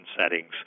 settings